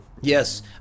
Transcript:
Yes